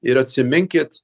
ir atsiminkit